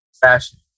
fashion